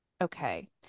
okay